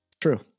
True